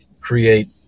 create